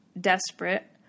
desperate